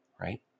right